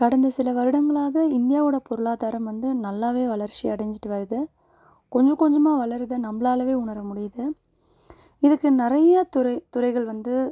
கடந்த சில வருடங்களாக இந்தியாவோடய பொருளாதாரம் வந்து நல்லாவே வளர்ச்சி அடைஞ்சுட்டு வருது கொஞ்சம் கொஞ்சமாக வளருது நம்மளாலவே உணர முடியுது இதுக்கு நிறைய துறை துறைகள் வந்து